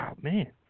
man